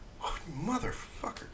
motherfucker